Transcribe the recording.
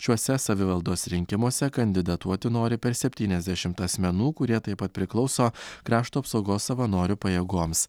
šiuose savivaldos rinkimuose kandidatuoti nori per septyniasdešimt asmenų kurie taip pat priklauso krašto apsaugos savanorių pajėgoms